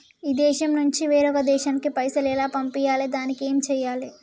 ఈ దేశం నుంచి వేరొక దేశానికి పైసలు ఎలా పంపియ్యాలి? దానికి ఏం చేయాలి?